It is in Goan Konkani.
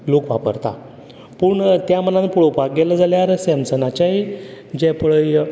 लोक वापरता पूण त्या मानान पळोपाक गेले जाल्यार सॅमसंगांचेंय जें पळय